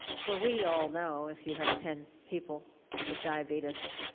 for we all know, if you have ten people with diabetes,